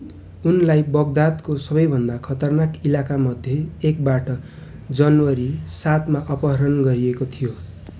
उनलाई बगदादको सबभन्दा खतरनाक इलाका मध्ये एकबाट जनवरी सातमा अपहरण गरिएको थियो